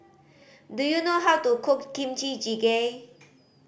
do you know how to cook Kimchi Jjigae